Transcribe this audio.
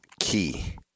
key